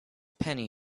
penny